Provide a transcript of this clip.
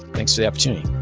thanks for the opportunity